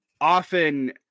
Often